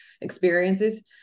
experiences